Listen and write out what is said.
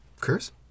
Curse